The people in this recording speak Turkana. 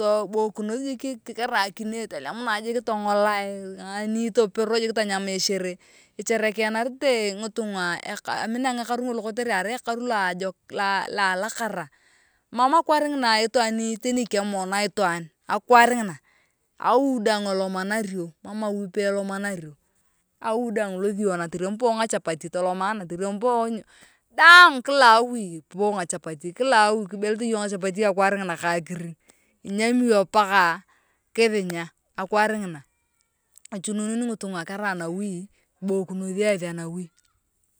kiboikinos jik kerai akine tolemunae jik tongalae nyanei jik toporo tonyemae esherehe ishereanarete ngitunga ekaru amina ekaru ngolo kotere arai ekaru loa alukara mam akwaar ngina itwaan teni kemona itwaan akwaar ngina awi daang elomanario emam awi pelomanario awi daang ilomari iyong torean ipoo ngachapati toloma naa toriam ipoo daang kila awi ipoo ngachapati kila awi kibelete iyong ngachapati akwaar ngina ka airing inyemi iyong paka kithinyaa akwaar ngina echunun ngitunga karai anawi kiboikinoth eth anawi.